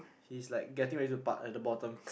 he's like getting ready to park at the bottom